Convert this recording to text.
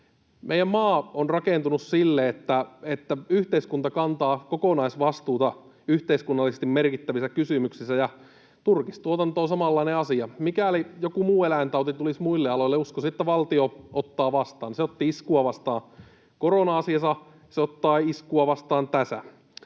Meidän maa on rakentunut sille, että yhteiskunta kantaa kokonaisvastuuta yhteiskunnallisesti merkittävissä kysymyksissä. Turkistuotanto on samanlainen asia. Mikäli joku muu eläintauti tulisi muille aloille, uskoisin, että valtio ottaisi vastaan. Se otti iskua vastaan korona-asiassa, ja se ottaa iskua vastaan tässä.